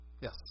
Yes